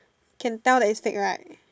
can tell that it's fake right